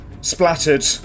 splattered